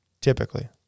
Typically